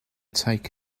take